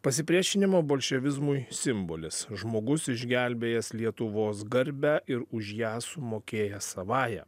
pasipriešinimo bolševizmui simbolis žmogus išgelbėjęs lietuvos garbę ir už ją sumokėjęs savąja